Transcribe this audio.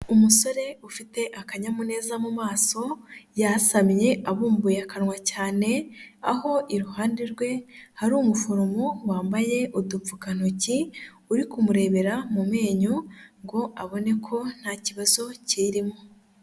Umusore ufite akanyamuneza mu maso yasamye abumbuye akanwa cyane aho iruhande rwe hari umuforomo wambaye udupfukantoki uri kumurebera mu menyo ngo abone ko nta kibazo kirimo.